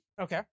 Okay